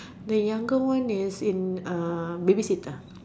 the younger one is in uh babysitter